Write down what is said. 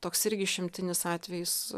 toks irgi išimtinis atvejis